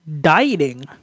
dieting